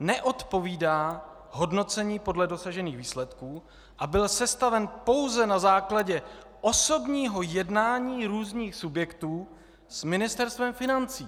neodpovídá hodnocení podle dosažených výsledků, a byl sestaven pouze na základě osobního jednání různých subjektů s Ministerstvem financí.